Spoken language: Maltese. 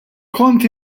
kont